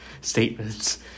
statements